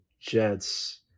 Jets